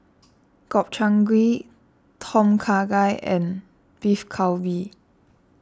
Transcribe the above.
Gobchang Gui Tom Kha Gai and Beef Galbi